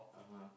(uh huh)